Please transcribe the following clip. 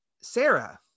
Sarah